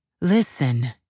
Listen